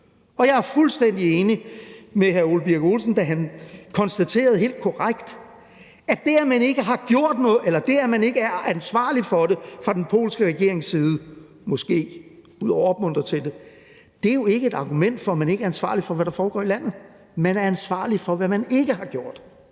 og jeg var fuldstændig enig med hr. Ole Birk Olesen, da han helt korrekt konstaterede, at det, at man ikke har gjort noget, eller det, at man ikke er ansvarlig for det fra den polske regerings side – måske, ud over at opmuntre til det – jo ikke er et argument for, at man ikke er ansvarlig for, hvad der foregår i landet. Man er ansvarlig for, hvad man ikke har gjort.